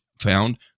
found